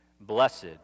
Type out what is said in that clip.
Blessed